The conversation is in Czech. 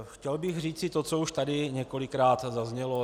Chtěl bych říci to, co už tady několikrát zaznělo.